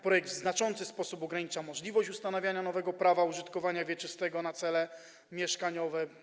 Projekt w znaczący sposób ogranicza możliwość ustanawiania nowego prawa użytkowania wieczystego na cele mieszkaniowe.